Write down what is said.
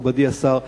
מכובדי השר,